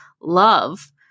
love